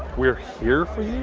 we're here for you.